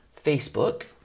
Facebook